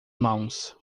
mãos